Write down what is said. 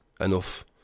enough